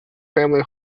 family